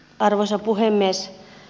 arvoisa puhemies